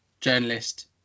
journalist